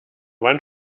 wand